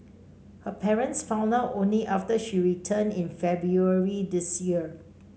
her parents found out only after she returned in February this year